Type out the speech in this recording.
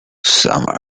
some